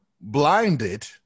blinded